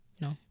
No